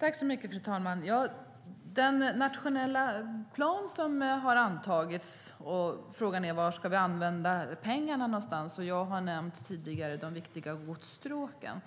Fru talman! När det gäller den nationella plan som har antagits och frågan var vi ska använda pengarna någonstans har jag tidigare nämnt de viktiga godsstråken.